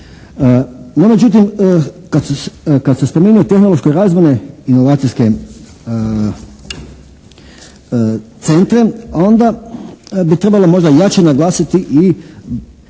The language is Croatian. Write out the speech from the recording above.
No međutim kad sam spominjao tehnološko-razvojne inovacijske centre onda bi trebalo možda jače naglasiti i,